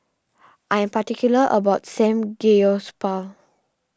I am particular about my Samgeyopsal